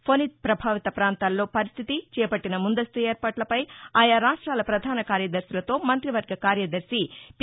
ఫొని ప్రభావిత ప్రాంతాల్లో పరిస్థితి చేపట్టిన ముందస్తు ఏర్పాట్లపై ఆయా రాష్టాల ప్రధాన కార్యదర్శులతో మంతివర్గ కార్యదర్శి పి